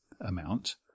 amount